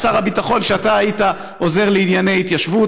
היה שר הביטחון כשאתה היית עוזר לענייני התיישבות.